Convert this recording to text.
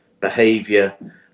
behavior